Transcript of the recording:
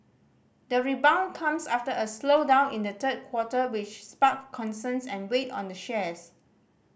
the rebound comes after a slowdown in the third quarter which sparked concerns and weighed on the shares